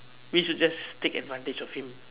we should just take advantage of him